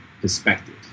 perspective